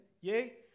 Yay